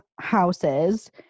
houses